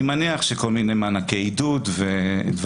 אני מניח שכל מיני מענקי עידוד ודברים